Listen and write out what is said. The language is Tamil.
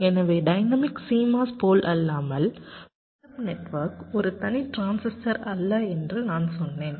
எனவே டைனமிக் CMOS போலல்லாமல் புல் அப் நெட்வொர்க் ஒரு தனி டிரான்சிஸ்டர் அல்ல என்று நான் சொன்னேன்